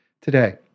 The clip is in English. today